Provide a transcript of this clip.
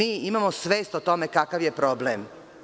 Imamo svest o tome kakav je problem.